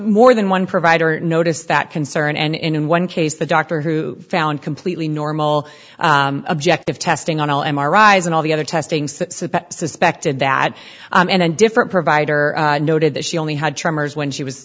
more than one provider noticed that concern and in one case the doctor who found completely normal objective testing on all m r i s and all the other testing suspected that and different provider noted that she only had tremors when she was